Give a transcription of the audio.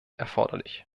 erforderlich